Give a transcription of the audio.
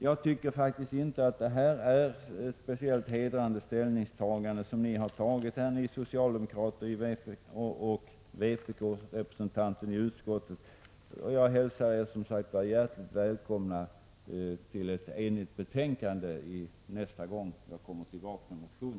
Jag tycker faktiskt inte att detta är något speciellt hedrande ställningstagande av socialdemokraterna och vpk-representanten i skatteutskottet. Jag hälsar er, som sagt, hjärtligt välkomna att ställa er bakom ett enhälligt betänkande när jag nästa gång kommer tillbaka med min motion.